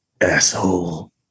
asshole